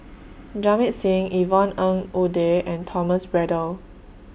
Jamit Singh Yvonne Ng Uhde and Thomas Braddell